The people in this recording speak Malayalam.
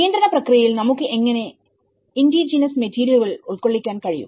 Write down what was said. നിയന്ത്രണ പ്രക്രിയയിൽ നമുക്ക് എങ്ങനെ ഇൻഡിജീനസ് മെറ്റീരിയലുകൾ ഉൾക്കൊള്ളിക്കാൻ കഴിയും